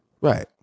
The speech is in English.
Right